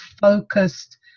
focused